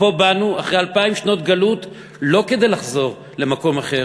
לפה באנו אחרי אלפיים שנות גלות לא כדי לחזור למקום אחר,